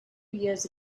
years